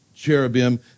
cherubim